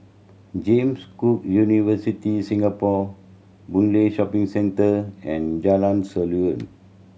James Cook University Singapore Boon Lay Shopping Centre and Jalan Seruling